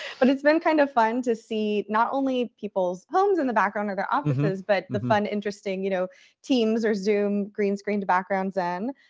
but it's been kind of fun to see not only people's homes in the background or their offices, but the fun, interesting you know teams or zoom green screened backgrounds in.